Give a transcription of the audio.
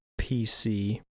PC